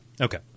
Okay